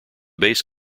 base